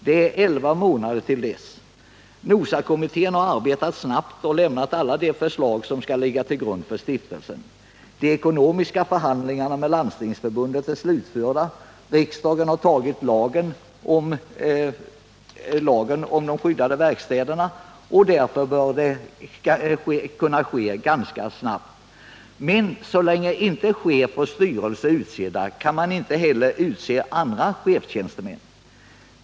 Det är elva månader till dess. NOSA kommittén har arbetat snabbt och lämnat alla de förslag som skall ligga till grund för stiftelsen. De ekonomiska förhandlingarna med Landstingsförbundet är slutförda, och riksdagen har antagit lagen om de skyddade verkstäderna. Därför bör det kunna ske ganska snabbt. Men så länge inte chef och styrelse är utsedda kan man inte heller utse andra chefstjänstemän.